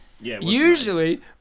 Usually